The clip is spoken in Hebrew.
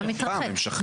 פעם הם שכנו.